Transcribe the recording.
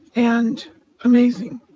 and amazing.